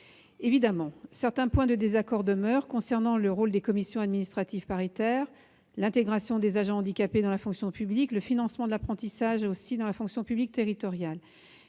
Évidemment, certains points de désaccord demeurent concernant le rôle des commissions administratives paritaires, l'intégration des agents handicapés dans la fonction publique et le financement de l'apprentissage dans la fonction publique territoriale.